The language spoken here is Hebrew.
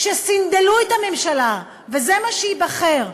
שסנדלו את הממשלה וזה מי שייבחר.